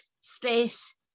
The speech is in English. space